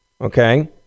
okay